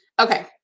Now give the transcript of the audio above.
Okay